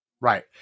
Right